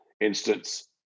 instance